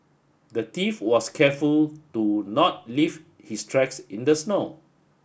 the thief was careful to not leave his tracks in the snow